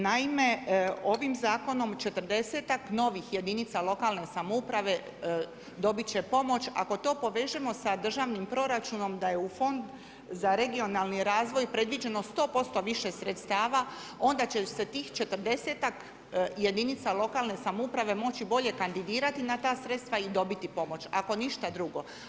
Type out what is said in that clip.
Naime, ovim zakonom 40-ak novih jedinica lokalne samouprave dobit će pomoć, ako to povežemo sa državnim proračunom da je u Fond za regionalni razvoj predviđeno 100% više sredstava onda će se tih 40-ak jedinica lokalne samouprave moći bolje kandidirati na ta sredstva i dobiti pomoć, ako ništa drugo.